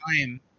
time